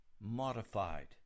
modified